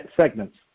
segments